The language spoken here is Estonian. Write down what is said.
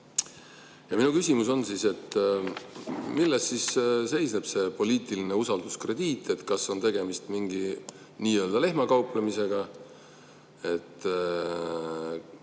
Ja minu küsimus on, milles siis seisneb see poliitiline usalduskrediit. Kas on tegemist nii‑öelda lehmakauplemisega, et